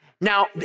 Now